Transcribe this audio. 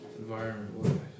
environment